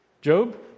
Job